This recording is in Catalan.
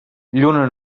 lluna